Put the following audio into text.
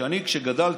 אני, כשגדלתי,